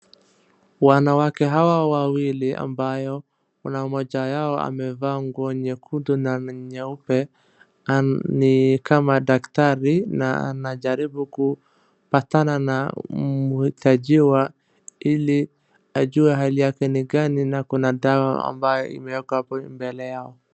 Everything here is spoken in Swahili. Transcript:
Wanawake hawa wawili ambayo kuna mmoja yao amevaa nguo nyekundu na nyeupe, ni kama daktari na anajaribu kupatana na mhitajiwa ili ajue hali yake ni gani, na ako na dawa ambayo imewekwa hapo mbele yao.